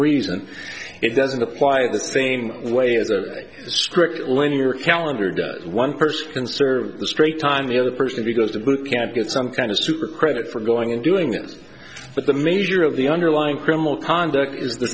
reason it doesn't apply the same way as a script linear calendar does one person serves a straight time the other person who goes to boot camp get some kind of super credit for going and doing it but the measure of the underlying criminal conduct is the